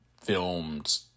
filmed